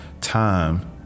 Time